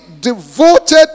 devoted